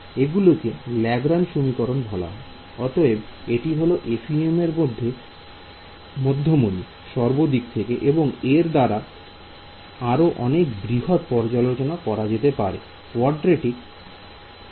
এগুলোকে ল্যাগ্র্যান্জ সমীকরণ বলা হয় অতএব এটি হলো FEM এর মধ্য মনি সর্বদিক থেকে এবং এর দ্বারা আরো অনেক বৃহৎ পর্যালোচনা করা যেতে পারে লিনিয়ার ছাড়াও